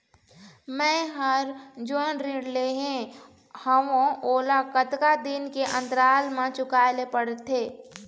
मैं हर जोन ऋण लेहे हाओ ओला कतका दिन के अंतराल मा चुकाए ले पड़ते?